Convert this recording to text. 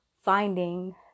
finding